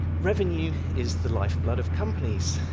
revenue is the life blood of companies.